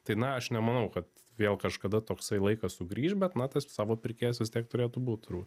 tai na aš nemanau kad vėl kažkada toksai laikas sugrįš bet na tas savo pirkėjas vis tiek turėtų būt turbūt